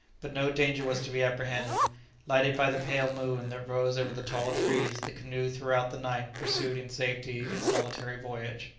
but no danger was to be apprehended lighted by the pale moon that rose over the tall trees, the canoe throughout the night pursued in safety its solitary voyage.